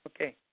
Okay